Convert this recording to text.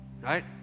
right